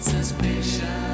Suspicion